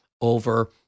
over